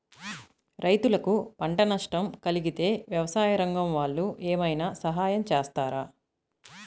రైతులకు పంట నష్టం కలిగితే వ్యవసాయ రంగం వాళ్ళు ఏమైనా సహాయం చేస్తారా?